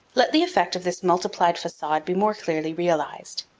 let the effect of this multiplied facade be more clearly realized.